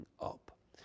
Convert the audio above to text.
up